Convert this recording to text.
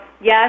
yes